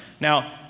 Now